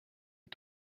est